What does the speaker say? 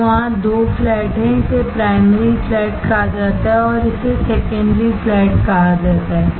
तो वहाँ 2 फ्लैट हैं इसे प्राइमरी फ्लैट कहा जाता है और इसे सेकेंडरी फ्लैट कहा जाता है